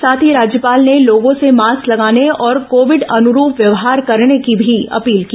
साथ ही राज्यपाल ने लोगों से मास्क लगाने और कोविड अनुरूप व्यवहार करने का भी अपील की